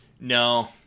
No